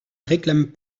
réclame